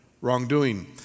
wrongdoing